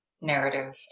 narrative